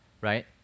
right